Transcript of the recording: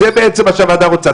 זה בעצם מה שהוועדה רוצה.